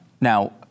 Now